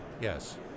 Yes